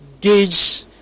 gauge